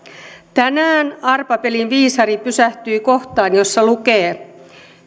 tänään arpapelin viisari pysähtyi kohtaan jossa lukee